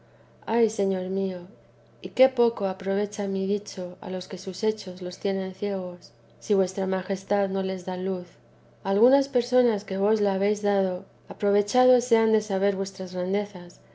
ay señor mío y qué poco aprovecha mi dicho a los que sus hechos los tienen ciegos si vuestra majestad no les da luz algunas personas que vos la habéis dado aprovechado se han de saber vuestras grandezas